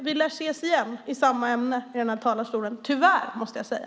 Vi lär ses igen i samma ämne i kammaren - tyvärr, måste jag säga.